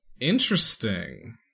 Interesting